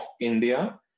India